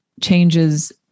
changes